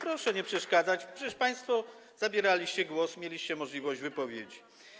Proszę nie przeszkadzać, przecież państwo zabieraliście głos, mieliście możliwość wypowiedzi.